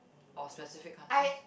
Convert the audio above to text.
or specific countries